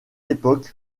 époque